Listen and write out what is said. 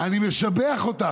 אני משבח אותך.